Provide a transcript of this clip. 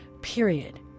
period